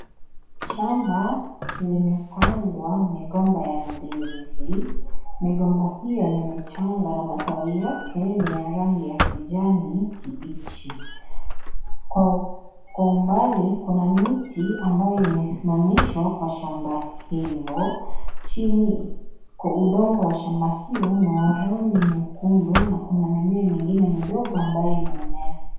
Shamba limepandwa migomba ya ndizi, migomba hiyo ni mchanga na matawi yake ya rangi ya kijani kibichi, kwa umbali kuna miti ambayo imesimamiahwa kwa shamba hilo chini kwa udongo wa shamba hilo ni wa rangi nyekundu na kuna mimea mengine midogo ambayo imemea.